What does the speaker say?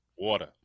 Water